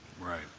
Right